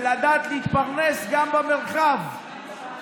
ולדעת להתפרנס גם במרחב,